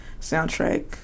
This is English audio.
soundtrack